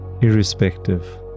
irrespective